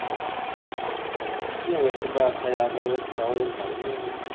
ते हून इसलै आखेआ जा ते इसलै होंदा निं ऐ